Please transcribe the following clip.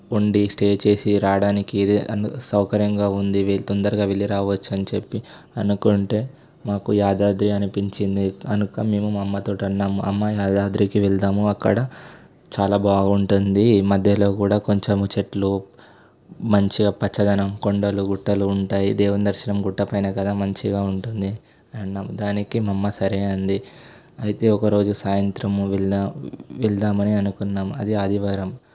ఉండి స్టే చేసి రావడానికి సౌకర్యంగా ఉంది తొందరగా వెళ్ళి రావచ్చు అని చెప్పి అనుకుంటే నాకు యాదాద్రి అనిపించింది కనుక మేము మా అమ్మ తోటి అన్నాము అమ్మ యాదాద్రికి వెళదాము అక్కడ చాలా బాగుంటుంది ఈ మధ్యలో కూడా కొంచెం చెట్లు మంచిగా పచ్చదనం కొండలు గుట్టలు ఉంటాయి దేవుడి దర్శనం గుట్టపైనే కదా మంచిగా ఉంటుంది అన్నం దానికి మా అమ్మ సరే అంది అయితే ఒకరోజు సాయంత్రం వెళదాము వెళదాము అని అనుకున్నాము అది ఆదివారం